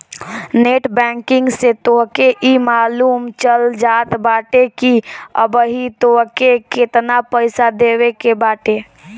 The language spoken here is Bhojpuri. नेट बैंकिंग से तोहके इ मालूम चल जात बाटे की अबही तोहके केतना पईसा देवे के बाटे